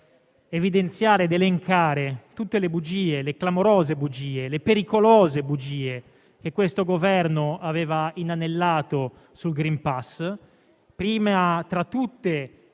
evidenziare ed elencare tutte le bugie, le clamorose e pericolose bugie, che questo Governo aveva inanellato sul *green pass*, prima tra tutte